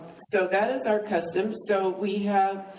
so that is our custom, so we have,